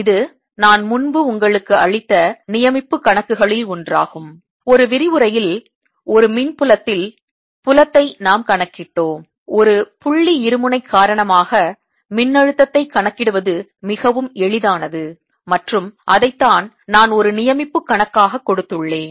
இது நான் முன்பு உங்களுக்கு அளித்த நியமிப்பு கணக்குகளில் ஒன்றாகும் ஒரு விரிவுரையில் ஒரு மின் புலத்தில் புலத்தை நாம் கணக்கிட்டோம் ஒரு புள்ளி இருமுனை காரணமாக மின்னழுத்தத்தை கணக்கிடுவது மிகவும் எளிதானது மற்றும் அதைத்தான் நான் ஒரு நியமிப்பு கணக்காக கொடுத்துள்ளேன்